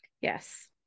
Yes